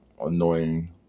annoying